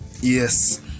yes